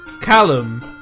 Callum